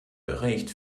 bericht